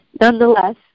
Nonetheless